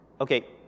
okay